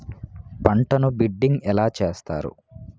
పంటను బిడ్డింగ్ ఎలా చేస్తారు?